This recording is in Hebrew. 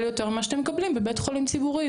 יותר ממה שאתם מקבלים בבית חולים ציבורי.